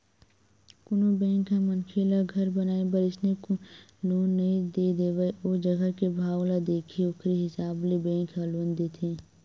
कोनो बेंक ह मनखे ल घर बनाए बर अइसने लोन नइ दे देवय ओ जघा के भाव ल देखही ओखरे हिसाब ले बेंक ह लोन देथे